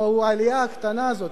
עם העלייה הקטנה הזאת,